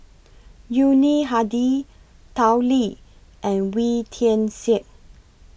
Yuni Hadi Tao Li and Wee Tian Siak